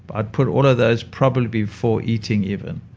i'd put all of those probably before eating even.